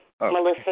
Melissa